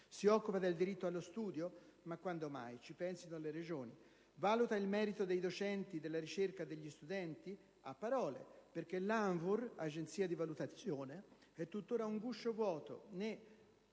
Si occupa del diritto allo studio? Ma quando mai: ci pensino le Regioni! Valuta il merito dei docenti, della ricerca, degli studenti? A parole, perché l'ANVUR, l'Agenzia di valutazione, è tuttora un guscio vuoto,